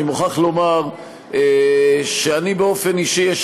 אני מוכרח לומר שאני באופן אישי חושב שיש